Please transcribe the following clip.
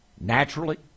Naturally